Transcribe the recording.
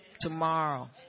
tomorrow